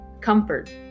comfort